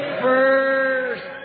first